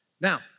Now